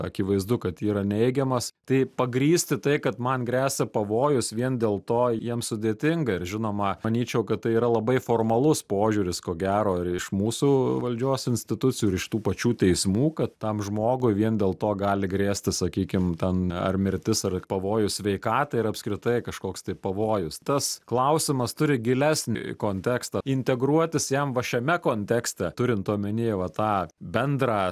akivaizdu kad yra neigiamas tai pagrįsti tai kad man gresia pavojus vien dėl to jiems sudėtinga ir žinoma manyčiau kad tai yra labai formalus požiūris ko gero ir iš mūsų valdžios institucijų ir iš tų pačių teismų kad tam žmogui vien dėl to gali grėsti sakykim ten ar mirtis ar pavojus sveikatai ir apskritai kažkoks tai pavojus tas klausimas turi gilesnį kontekstą integruotis jam va šiame kontekste turint omenyje va tą bendrą